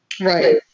Right